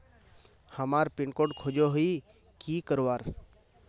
हमार pin code खोजोही की करवार?